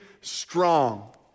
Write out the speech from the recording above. strong